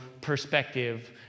perspective